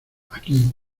aquí